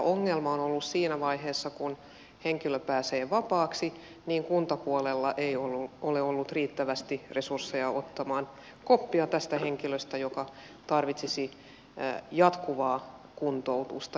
ongelma on ollut siinä vaiheessa kun henkilö pääsee vapaaksi jolloin kuntapuolella ei ole ollut riittävästi resursseja ottamaan koppia tästä henkilöstä joka tarvitsisi jatkuvaa kuntoutusta